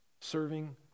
serving